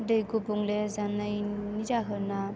दै गुबुंले जानायनि जाहोनाव